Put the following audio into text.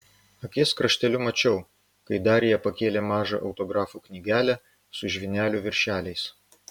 akies krašteliu mačiau kai darija pakėlė mažą autografų knygelę su žvynelių viršeliais